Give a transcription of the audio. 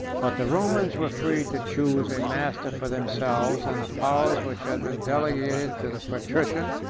but the romans were free to choose a master for themselves and the powers which had been delegated to the patrician,